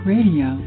Radio